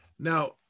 Now